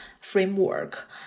framework